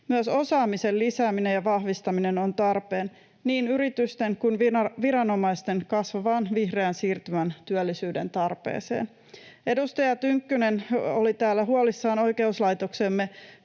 Myös osaamisen lisääminen ja vahvistaminen on tarpeen niin yritysten kuin viranomaisten kasvavaan vihreän siirtymän työllisyyden tarpeeseen. Edustaja Tynkkynen oli täällä huolissaan oikeuslaitoksemme